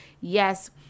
yes